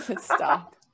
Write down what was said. stop